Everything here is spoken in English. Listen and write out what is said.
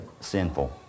sinful